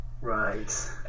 Right